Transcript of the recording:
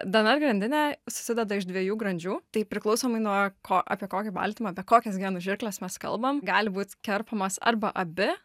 dnr grandinė susideda iš dviejų grandžių tai priklausomai nuo ko apie kokį baltymą apie kokias genų žirkles mes kalbam gali būt kerpamos arba abi